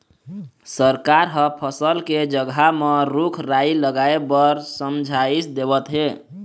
सरकार ह फसल के जघा म रूख राई लगाए बर समझाइस देवत हे